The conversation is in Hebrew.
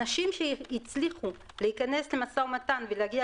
אנשים שהצליחו להיכנס למשא ומתן ולהגיע